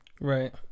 Right